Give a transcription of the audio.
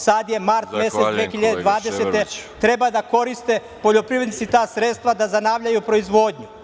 Sad je mart mesec 2020. godine, treba da koriste poljoprivrednici ta sredstva da zanavljaju proizvodnju.